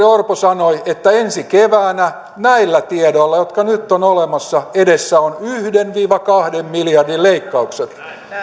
orpo sanoi että ensi keväänä näillä tiedoilla jotka nyt ovat olemassa edessä on yhden viiva kahden miljardin leikkaukset